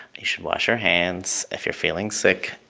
you should wash your hands. if you're feeling sick,